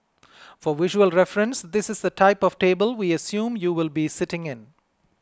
for visual reference this is the type of table we assume you will be sitting in